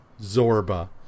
Zorba